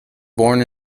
born